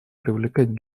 привлекать